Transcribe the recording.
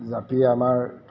জাপি আমাৰ